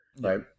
right